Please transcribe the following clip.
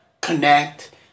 connect